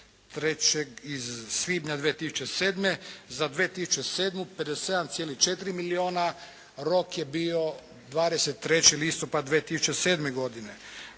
iz svibnja 2007. Za 2007. 57,4 milijuna. Rok je bio 23. listopad 2007. godine.